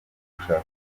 ugushaka